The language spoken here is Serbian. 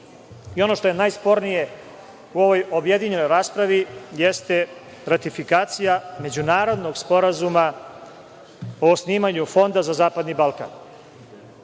ono što je najspornije u ovoj objedinjenoj raspravi, jeste ratifikacija međunarodnog sporazuma o osnivanju fonda za zapadni Balkan.